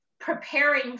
preparing